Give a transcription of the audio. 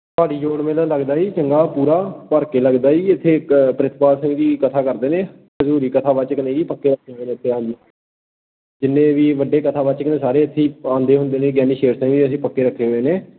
ਭਾਰੀ ਜੋੜ ਮੇਲਾ ਲੱਗਦਾ ਜੀ ਚੰਗਾ ਪੂਰਾ ਭਰ ਕੇ ਲੱਗਦਾ ਜੀ ਇੱਥੇ ਇੱਕ ਪ੍ਰਿਤਪਾਲ ਸਿੰਘ ਜੀ ਕਥਾ ਕਰਦੇ ਨੇ ਹਜ਼ੂਰੀ ਕਥਾ ਵਾਚਕ ਨੇ ਜੀ ਪੱਕੇ ਹਾਂਜੀ ਜਿੰਨੇ ਵੀ ਵੱਡੇ ਕਥਾ ਵਾਚਕ ਨੇ ਸਾਰੇ ਇੱਥੇ ਹੀ ਆਉਂਦੇ ਹੁੰਦੇ ਨੇ ਗਿਆਨੀ ਸ਼ੇਰ ਸਿੰਘ ਜੀ ਅਸੀਂ ਪੱਕੇ ਰੱਖੇ ਹੋਏ ਨੇ